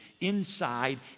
inside